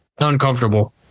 uncomfortable